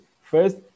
First